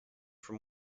from